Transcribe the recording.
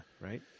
Right